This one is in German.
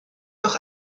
doch